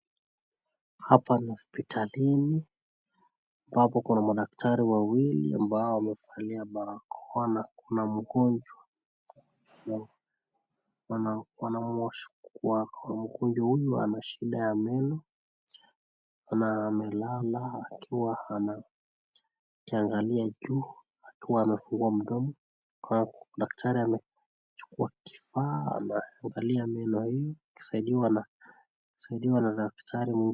Hapa ni hospitalini ambapo kuna madaktari wawili ambao wamevalia barakoa na kuna mgonjwa. Mgonjwa huyu ana shida ya meno na amelala akiwa anakiangalia juu huku amefungua mdomo. Daktari amechukua kifa anaangalia meno hiyo akisaidiwa na daktari.